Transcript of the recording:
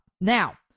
Now